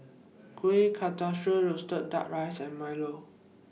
Kueh Kasturi Roasted Duck Rice and Milo